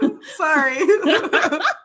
Sorry